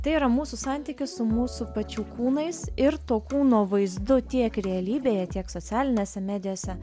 tai yra mūsų santykis su mūsų pačių kūnais ir to kūno vaizdu tiek realybėje tiek socialinėse medijose